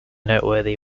noteworthy